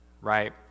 right